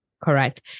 Correct